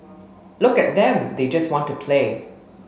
look at them they just want to play